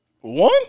One